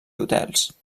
hotels